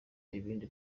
ibindi